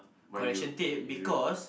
correction tape because